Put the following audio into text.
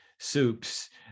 soups